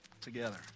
together